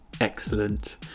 Excellent